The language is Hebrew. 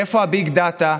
איפה ה-big data?